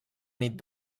nit